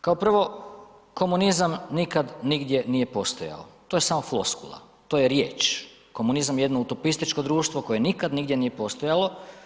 Kao prvo, komunizam nikad nigdje nije postajao, to je samo floskula, to je riječ, komunizam je jedno utopističko društvo koje nikad nigdje nije postojalo.